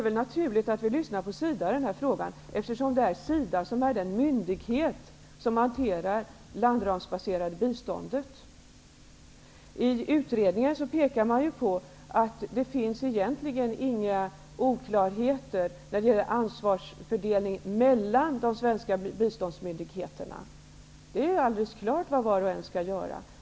Det är naturligt att vi lyssnar på SIDA i den här frågan, eftersom det är SIDA som är den myndighet som hanterar det landramsbaserade biståndet. Man pekar i utredningen på att det egentligen inte finns några oklarheter i ansvarsfördelningen mellan de svenska biståndsmyndigheterna. Det är alldeles klart vad var och en skall göra.